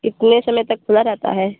कितने समय तक खुला रहता है